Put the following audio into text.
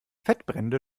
fettbrände